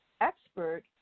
expert